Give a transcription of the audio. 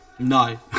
no